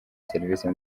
serivisi